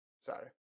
Sorry